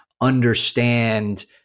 understand